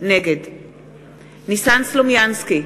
נגד ניסן סלומינסקי,